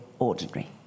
ordinary